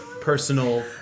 personal